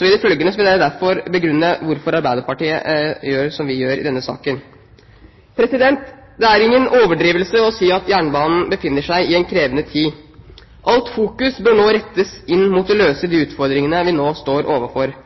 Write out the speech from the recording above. I det følgende vil jeg derfor begrunne hvorfor Arbeiderpartiet gjør som vi gjør i denne saken. Det er ingen overdrivelse å si at jernbanen befinner seg i en krevende tid. Alt fokus bør nå rettes inn mot å løse de utfordringene vi nå står overfor.